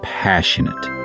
passionate